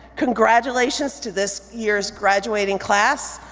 congratulations to this year's graduating class.